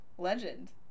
legend